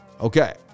Okay